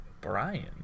Brian